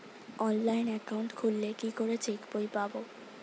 Online account খুললে কি করে চেক বই পাব?